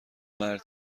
مرد